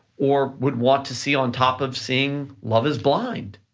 or would want to see on top of seeing love is blind.